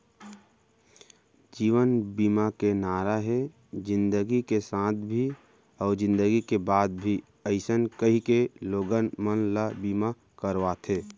जीवन बीमा के नारा हे जिनगी के साथ भी अउ जिनगी के बाद भी अइसन कहिके लोगन मन ल बीमा करवाथे